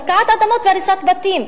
הפקעת אדמות והריסת בתים,